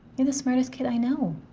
you're the smartest kid i know.